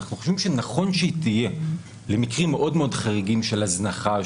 ואנחנו חושבים שנכון שהיא תהיה למקרים מאוד מאוד חריגים של הזנחה,